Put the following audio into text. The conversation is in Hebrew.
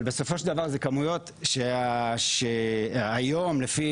אבל בסופו ושל דבר זה כמויות שאפילו היום לפי